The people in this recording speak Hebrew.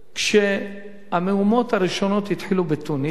כשהמהומות הראשונות התחילו בתוניס,